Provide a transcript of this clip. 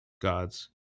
God's